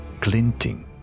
glinting